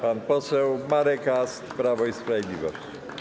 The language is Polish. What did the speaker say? Pan poseł Marek Ast, Prawo i Sprawiedliwość.